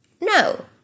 No